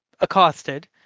accosted